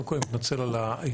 קודם כל, אני מתנצל על האיחור.